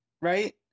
right